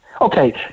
Okay